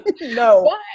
No